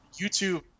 YouTube